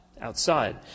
Outside